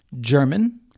German